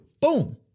Boom